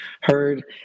heard